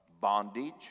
bondage